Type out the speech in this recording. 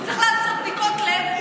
הוא צריך לעשות בדיקות לב.